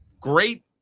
great